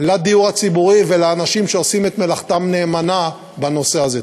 לדיור הציבורי ולאנשים שעושים את מלאכתם נאמנה בנושא הזה.